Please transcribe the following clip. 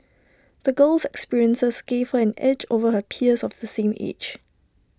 the girl's experiences gave her an edge over her peers of the same age